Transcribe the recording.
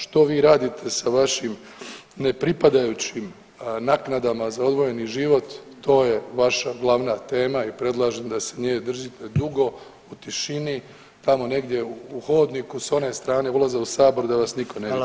Što vi radite sa vašim nepripadajućim naknadama za odvojeni život to je vaša glavna tema i predlažem da se nje držite dugo u tišini, tamo negdje u hodniku sa one strane ulaza u Sabor da vas nitko ne vidi.